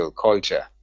Culture